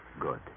good